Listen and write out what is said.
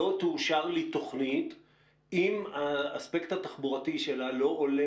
תוכנית אם האספקט התחבורתי שלה לא עולה